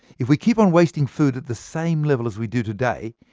if we keep on wasting food at the same level as we do today,